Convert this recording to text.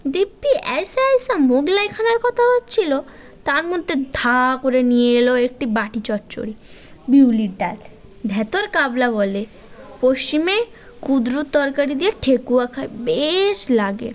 দিব্যি অ্যায়সা অ্যায়সা মোগলাই খানার কথা হচ্ছিল তার মধ্যে ধাঁ করে নিয়ে এল একটি বাটি চচ্চড়ি বিউলির ডাল ধ্যাত্তোর ক্যাবলা বলে পশ্চিমে কুঁদরুর তরকারি দিয়ে ঠেকুয়া খায় বেশ লাগে